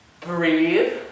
Breathe